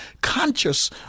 conscious